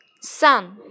Sun